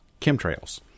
chemtrails